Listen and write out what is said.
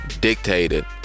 dictated